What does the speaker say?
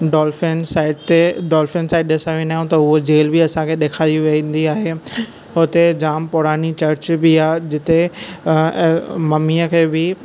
dolphin साइटु dolphin साइटु ॾिसणु वेंदा आहियूं त उहा जेल बि असांखे ॾेखारी वेंदी आहे हुते जाम पुरानी चर्च बि आहे जिथे ममीअ खे बि